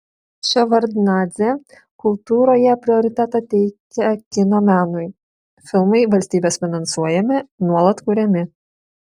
ševardnadzė kultūroje prioritetą teikia kino menui filmai valstybės finansuojami nuolat kuriami